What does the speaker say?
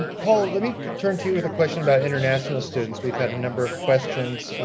paul, let me turn to you with a question about international students. we've had a number of questions.